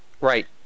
Right